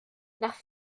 nach